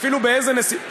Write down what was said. אפילו באילו נסיבות.